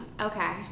okay